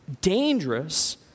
dangerous